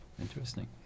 interesting